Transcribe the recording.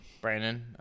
Brandon